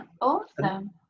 awesome